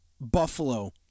Buffalo